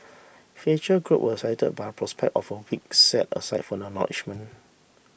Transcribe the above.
feature group were excited by the prospect of a week set aside for acknowledgement